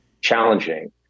challenging